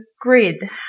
grid